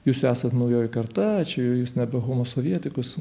jūs esat naujoji karta čia jūs nebe homosovietikus